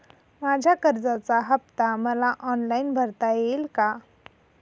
माझ्या कर्जाचा हफ्ता मला ऑनलाईन भरता येईल का?